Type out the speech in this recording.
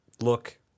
look